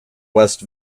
west